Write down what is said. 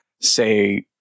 say